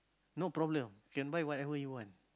no problem can buy whatever he want